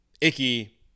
Icky